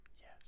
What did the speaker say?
Yes